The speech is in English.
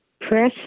press